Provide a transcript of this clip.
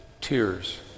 tears